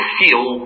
feel